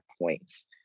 points